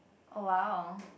oh !wow!